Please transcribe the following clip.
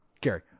Gary